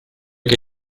che